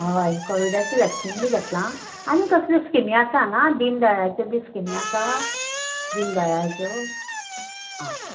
हय कोविडाचें वॅक्सीन बी घेतलां आनी कसले स्किमी आसा हांगा दिनदयाळाच्यो बी स्किमी आसा दिनदयाळाच्यो आ